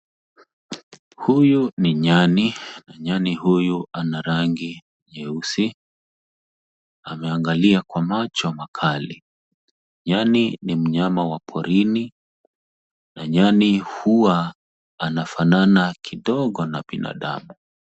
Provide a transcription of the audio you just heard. Huyu ni nyani. Nyani huyu ana rangi nyeusi, ameangalia kwa macho makali. Nyani ni mnyama wa porini na nyani huwa anafanana kidogo na binadamu.